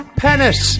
penis